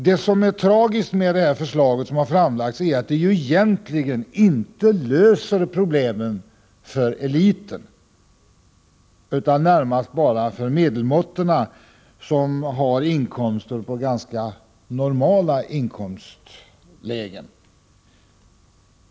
Det tragiska med det förslag som har framlagts är att det egentligen inte löser problemen för eliten utan närmast bara för medelmåttorna, som har inkomster i ganska normala inkomstlägen.